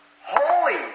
holy